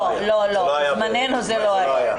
לא, לא, בזמננו זה לא היה,